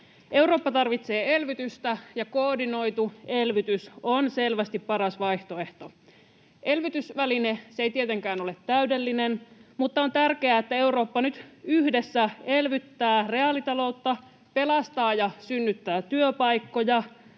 Eurooppa tarvitsee elvytystä, ja koordinoitu elvytys on selvästi paras vaihtoehto. Elvytysväline ei tietenkään ole täydellinen, mutta on tärkeää, että Eurooppa nyt yhdessä elvyttää reaalitaloutta, pelastaa ja synnyttää työpaikkoja,